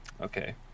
Okay